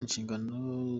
inshingano